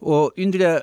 o indre